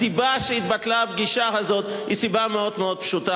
הסיבה שהתבטלה הפגישה הזאת היא סיבה מאוד מאוד פשוטה,